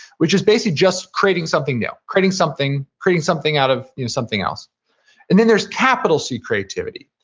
which is basically just creating something new, creating something creating something out of something else and then there's capital c creativity,